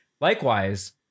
Likewise